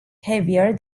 heavier